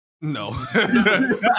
no